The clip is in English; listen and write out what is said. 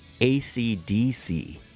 ACDC